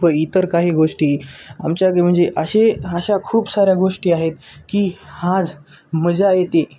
व इतर काही गोष्टी आमच्या म्हणजे असे अशा खूप साऱ्या गोष्टी आहेत की आज मजा येते